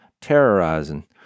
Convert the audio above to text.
terrorizing